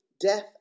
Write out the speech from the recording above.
death